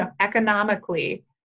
economically